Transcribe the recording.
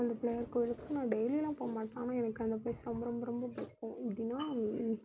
அந்த பிள்ளையார் கோவிலுக்கு நான் டெய்லியுமெலாம் போக மாட்டேன் ஆனால் எனக்கு அந்த ப்ளேஸ் ரொம்ப ரொம்ப ரொம்ப பிடிக்கும் எப்படின்னா